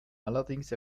allerdings